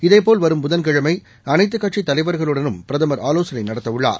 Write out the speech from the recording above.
இதேபோல் வரும் புதன்கிழமைஅனைத்துக் கட்சித் தலைவர்குளும் பிரதமர் ஆலோசனைநடத்தவுள்ளார்